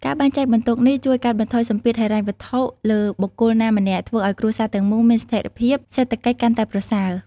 ការបែងចែកបន្ទុកនេះជួយកាត់បន្ថយសម្ពាធហិរញ្ញវត្ថុលើបុគ្គលណាម្នាក់ ធ្វើឲ្យគ្រួសារទាំងមូលមានស្ថិរភាពសេដ្ឋកិច្ចកាន់តែប្រសើរ។